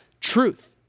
truth